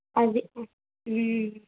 అదే